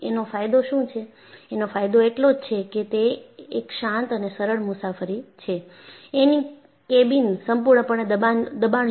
એનો ફાયદો શું છે એનો ફાયદો એટલો જ છે કે તે એક શાંત અને સરળ મુસાફરી છે એની કેબિન સંપૂર્ણપણે દબાણયુક્ત હોય છે